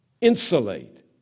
Insulate